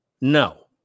No